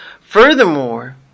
Furthermore